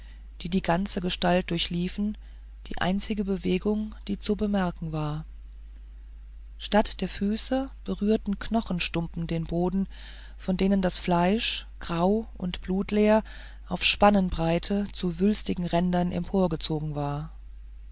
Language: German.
die die ganze gestalt durchliefen die einzige bewegung die zu bemerken war statt der füße berührten knochenstumpen den boden von denen das fleisch grau und blutleer auf spannenbreite zu wulstigen rändern emporgezogen war